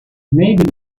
maybe